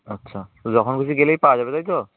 আচ্ছা তো যখন খুশি গেলেই পাওয়া যাবে তাই তো